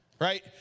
Right